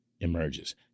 emerges